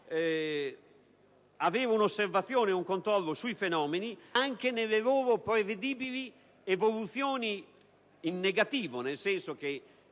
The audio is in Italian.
di osservazione e controllo di fenomeni anche nelle loro prevedibili evoluzioni in negativo, nel senso che